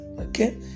okay